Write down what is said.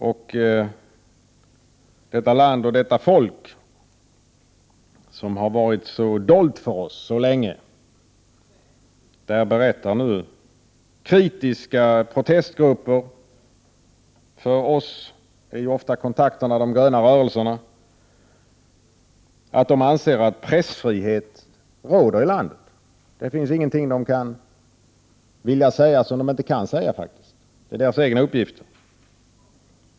I detta land som har varit så dolt för oss så länge berättar nu kritiska processgrupper för oss, ofta i kontakter med de gröna rörelserna, att de anser att pressfrihet råder i landet. Det finns ingenting de kan vilja säga som de inte kan säga, enligt deras egna uppgifter.